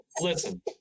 Listen